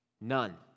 None